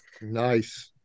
Nice